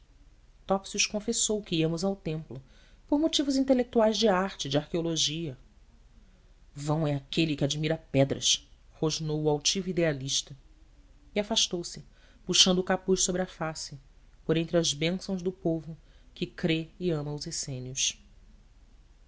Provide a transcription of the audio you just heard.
topsius confessou que íamos ao templo por motivos intelectuais de arte de arqueologia vão é aquele que admira pedras rosnou o altivo idealista e afastou-se puxando o capuz sobre a face por entre as bênçãos do povo que crê e ama os